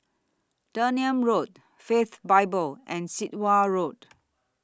Dunearn Road Faith Bible and Sit Wah Road